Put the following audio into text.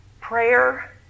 prayer